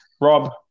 Rob